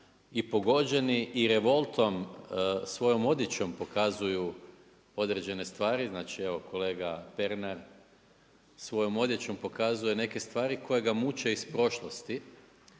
i pogođeni i revoltom, svojom odjećom pokazuju određene stvari, znači evo kolega Pernar svojom odjećom neke stvari koje ga muče iz prošlosti